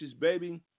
baby